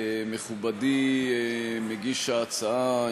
מכובדי מגיש ההצעה,